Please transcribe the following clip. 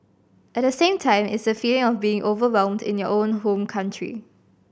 at the same time it's the feeling of being overwhelmed in your own home country